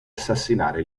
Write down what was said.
assassinare